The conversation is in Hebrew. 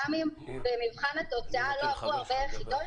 גם אם במבחן התוצאה לא עברו הרבה יחידות,